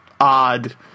Odd